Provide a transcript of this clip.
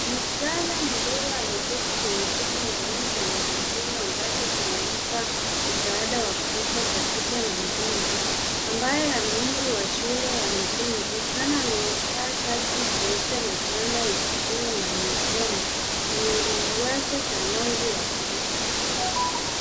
Mvulana mdogo ameketi kwenye kiti maalum cha magurudumu ambacho kinampa msaada wa kutosha kwa kichwa na mgongo ambaye ana umri wa shule ya msingi. Mvulana amevaa shati jeupe na fulana isiyo na mikono yenye ruwaza za rangi ya buluu.